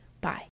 bye